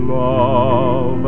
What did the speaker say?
love